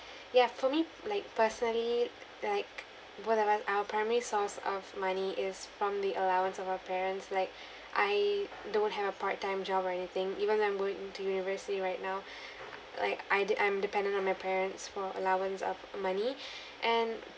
ya for me like personally like both of us our primary source of money is from the allowance of our parents like I don't have a part time job or anything even though I'm going into university right now like I d~ I'm dependent on my parents for allowance of money and